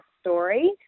story